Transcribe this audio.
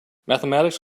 mathematics